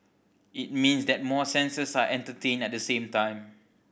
it means that more senses are entertained at the same time